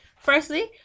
Firstly